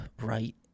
right